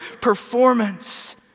performance